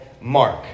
Mark